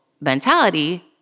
mentality